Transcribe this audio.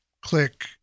Click